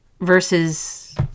versus